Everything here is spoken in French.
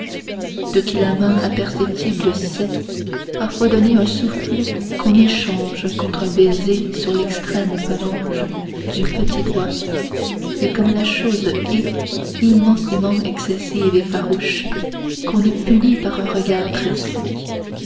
de qui la main imperceptible sait parfois donner un soufflet qu'on échange contre un baiser sur l'extrême phalange du petit doigt et comme la chose est immensément excessive et farouche on est puni par un regard très sec